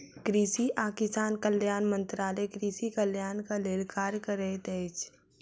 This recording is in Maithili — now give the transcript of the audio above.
कृषि आ किसान कल्याण मंत्रालय कृषि कल्याणक लेल कार्य करैत अछि